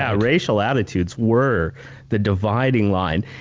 ah ah racial attitudes were the dividing line.